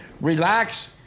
relax